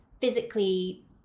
physically